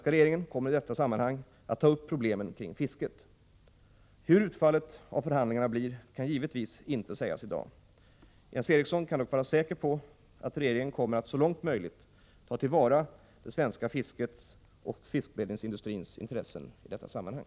Regeringen kommer i detta sammanhang att ta upp problemen kring fisket. Hur utfallet av förhandlingarna blir kan givetvis inte sägas i dag. Jens Eriksson kan dock vara säker på att regeringen kommer att så långt möjligt ta till vara det svenska fiskets och fiskberedningsindustrins intressen i detta sammanhang.